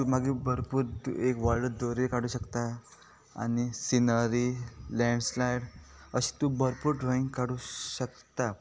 तूं मागीर भरपूर एक व्हडलो दोरयो काडू शकता आनी सिनरी लँड स्लँड अशी तूं भरपूर ड्रॉईंग काडू शकता